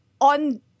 on